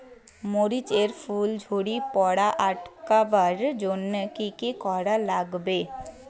মরিচ এর ফুল ঝড়ি পড়া আটকাবার জইন্যে কি কি করা লাগবে?